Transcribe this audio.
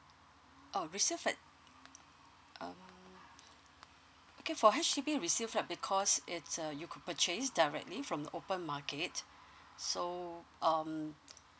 oh resale flat uh okay for H_D_B resale flat because it's uh you could purchase directly from the open market so um